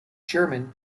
german